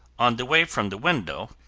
on the way from the window,